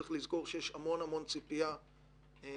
צריך לזכור שיש המון ציפייה אמיתית